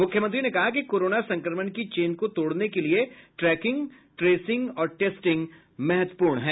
मुख्यमंत्री ने कहा कि कोरोना संक्रमण की चेन को तोड़ने के लिए ट्रैकिंग ट्रेसिंग और टेस्टिंग महत्वपूर्ण है